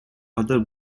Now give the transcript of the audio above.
other